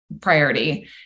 priority